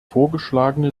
vorgeschlagene